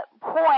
point